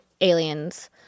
aliens